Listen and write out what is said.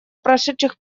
прошедших